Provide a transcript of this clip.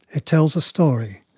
it tells a story,